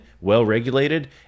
well-regulated